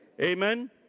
Amen